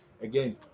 again